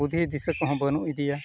ᱵᱩᱫᱽᱫᱷᱤ ᱫᱤᱥᱟᱹ ᱠᱚᱦᱚᱸ ᱵᱟᱹᱱᱩᱜ ᱤᱫᱤᱭᱟ